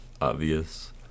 obvious